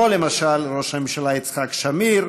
למשל ראש הממשלה יצחק שמיר